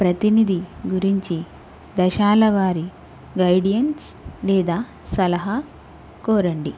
ప్రతినిధి గురించి దశలవారి గైడెన్స్ లేదా సలహా కోరండి